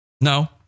No